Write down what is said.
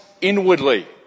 inwardly